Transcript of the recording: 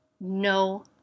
no